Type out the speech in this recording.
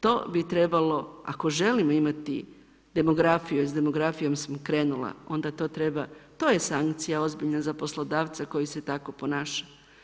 To bi trebalo, ako želimo imati demografiju, s demografijom sam krenula, onda to treba, to je sankcija ozbiljna za poslodavca koji se tako ponaša.